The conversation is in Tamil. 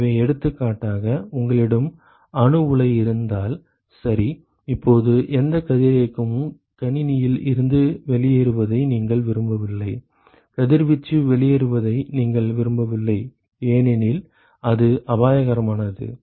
எனவே எடுத்துக்காட்டாக உங்களிடம் அணு உலை இருந்தால் சரி இப்போது எந்தக் கதிரியக்கமும் கணினியில் இருந்து வெளியேறுவதை நீங்கள் விரும்பவில்லை கதிர்வீச்சு வெளியேறுவதை நீங்கள் விரும்பவில்லை ஏனெனில் அது அபாயகரமானது